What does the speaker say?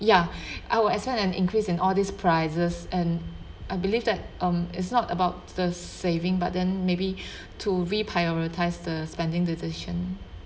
ya I will expect an increase in all these prices and I believe that um it's not about the saving but then maybe to reprioritize the spending decision